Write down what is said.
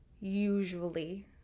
Usually